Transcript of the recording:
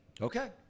Okay